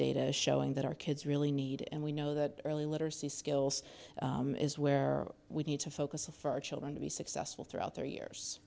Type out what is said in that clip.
data showing that our kids really need and we know that early literacy skills is where we need to focus for our children to be successful throughout their years